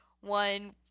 one